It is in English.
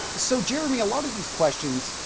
so, jeremy, a lot of these questions,